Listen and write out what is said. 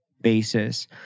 basis